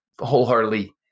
wholeheartedly